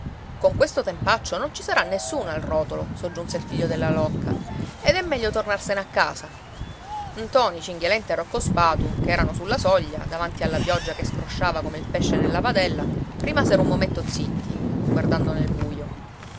con questo tempaccio non ci sarà nessuno al rotolo soggiunse il figlio della locca ed è meglio tornarsene a casa ntoni cinghialenta e rocco spatu che erano sulla soglia davanti alla pioggia che scrosciava come il pesce nella padella rimasero un momento zitti guardando nel buio